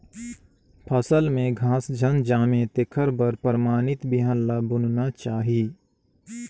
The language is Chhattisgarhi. फसल में घास झन जामे तेखर बर परमानित बिहन ल बुनना चाही